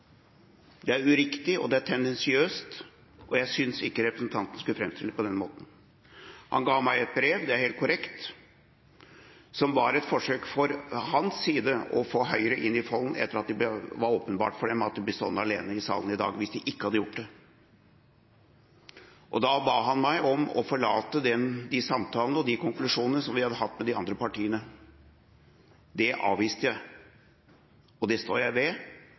Det er uriktig, det er tendensiøst, og jeg synes ikke representanten skulle framstille det på den måten. Han ga meg et brev – det er helt korrekt – som var et forsøk fra hans side på å få Høyre inn i folden, etter at det var åpenbart for dem at de ville bli stående alene i salen i dag hvis de ikke hadde gjort det. Da ba han meg om å forlate de samtalene og de konklusjonene som vi hadde hatt med de andre partiene. Det avviste jeg. Det står jeg ved,